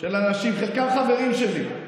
של אנשים, חלקם חברים שלי,